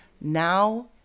now